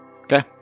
Okay